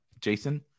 Jason